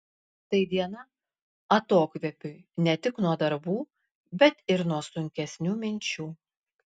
tai diena atokvėpiui ne tik nuo darbų bet ir nuo sunkesnių minčių